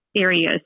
areas